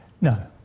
No